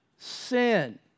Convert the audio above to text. Sin